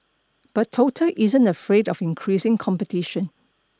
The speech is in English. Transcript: but Total isn't afraid of increasing competition